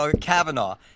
Kavanaugh